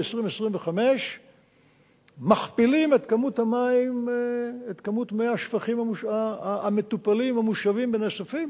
ב-2025 מכפילים את כמות מי השפכים המטופלים המושבים ונאספים